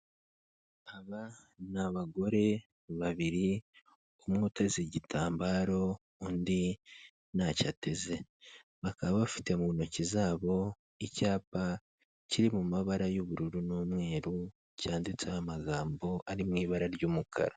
Aba ni abagore babiri, umwe uteze igitambaro undi ntacyo ateze, bakaba bafite mu ntoki zabo icyapa kiri mu mabara y'ubururu n'umweru cyanditseho amagambo ari mu ibara ry'umukara.